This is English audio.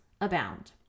abound